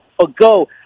ago